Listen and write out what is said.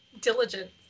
Diligent